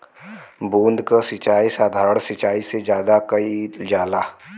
बूंद क सिचाई साधारण सिचाई से ज्यादा कईल जाला